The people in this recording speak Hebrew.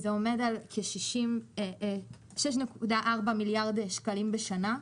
זה עומד על 6.4 מיליארד שקלים בשנה,